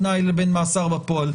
אין בו פיקוח והוא לא בתנאי,